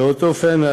באותו אופן,